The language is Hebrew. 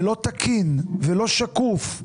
לא תקין ולא שקוף,